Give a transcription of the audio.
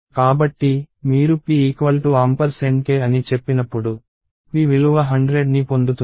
కాబట్టి మీరు pk అని చెప్పినప్పుడు p విలువ 100ని పొందుతుంది